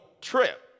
Trip